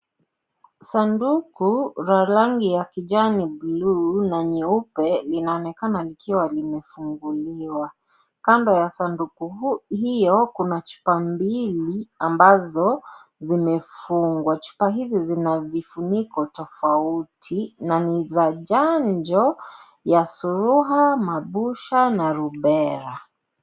Sanduku, la rangi kijani bluu na nyeupe, linaonekana likiwa limefunguliwa. Kando ya sanduku hiyo kuna chupa mbili ambazo zimefungwa, chupa hizi zina vifuniko tofauti, na ni za chanjo ya surua , mabusha na rubella.